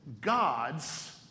God's